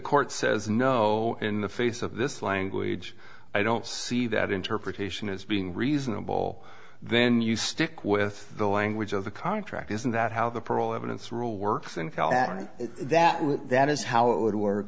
court says no in the face of this language i don't see that interpretation as being reasonable then you stick with the language of the contract isn't that how the parole evidence rule works and that will that is how it would work